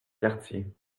quartier